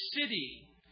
city